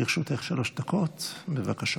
לרשותך שלוש דקות, בבקשה.